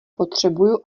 potřebuju